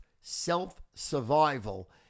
self-survival